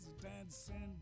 dancing